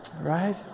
Right